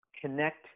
connect